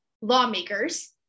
lawmakers